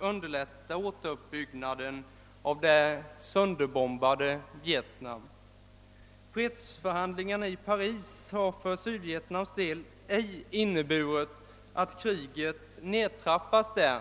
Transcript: underlätta återuppbyggnaden av det Sönderbombadeé Vietnam. Fredsförhandlingarna i Paris har för Sydvietnams del ej inneburit att kriget nedtrappats där.